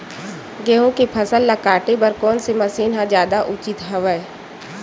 गेहूं के फसल ल काटे बर कोन से मशीन ह जादा उचित हवय?